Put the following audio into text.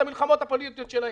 את המלחמות הפוליטיות שלהם.